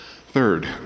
Third